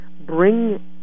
bring